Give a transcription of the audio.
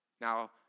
Now